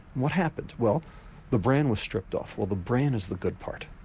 what happened? well the bran was stripped off, well the bran is the good part,